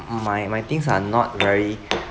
mm my my things are not very